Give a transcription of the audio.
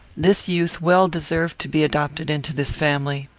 this youth well deserved to be adopted into this family.